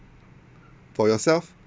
for yourself